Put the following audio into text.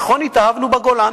נכון, התאהבנו בגולן.